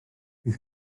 bydd